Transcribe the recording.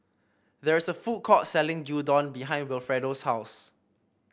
there is a food court selling Gyudon behind Wilfredo's house